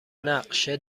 نقشه